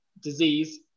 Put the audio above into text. disease